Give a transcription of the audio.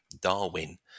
Darwin